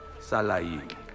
Salai